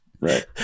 right